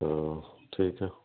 ہاں ٹھیک ہے